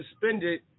suspended